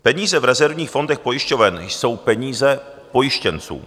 Peníze v rezervních fondech pojišťoven jsou peníze pojištěnců.